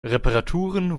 reparaturen